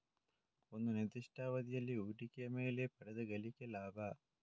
ಒಂದು ನಿರ್ದಿಷ್ಟ ಅವಧಿಯಲ್ಲಿ ಹೂಡಿಕೆಯ ಮೇಲೆ ಪಡೆದ ಗಳಿಕೆ ಲಾಭ